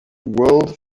world